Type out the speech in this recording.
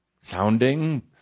sounding